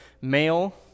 male